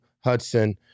Hudson